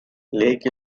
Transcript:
lake